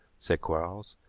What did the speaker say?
said quarles.